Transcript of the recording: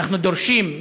אנחנו דורשים,